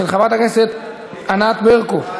של חברת הכנסת ענת ברקו.